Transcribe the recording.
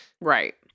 Right